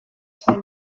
zain